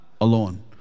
alone